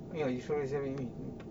ya